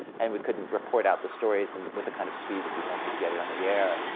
and we couldn't report out the stories and with the kind of speed that you'd want to to get it on the air.